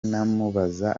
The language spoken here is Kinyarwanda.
namubaza